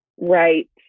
right